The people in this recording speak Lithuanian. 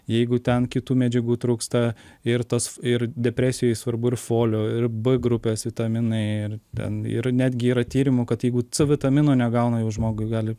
jeigu ten kitų medžiagų trūksta ir tos ir depresijoj svarbu ir folio ir b grupės vitaminai ten ir netgi yra tyrimų kad jeigu c vitamino negauna jau žmogui gali